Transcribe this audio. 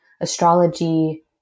astrology